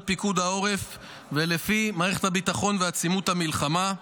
פיקוד העורף ולפי מערכת הביטחון ועצימות המלחמה,